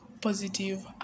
positive